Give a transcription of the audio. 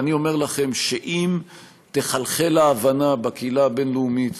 ואני אומר לכם שאם תחלחל ההבנה בקהילה הבין-לאומית,